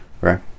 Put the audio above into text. Right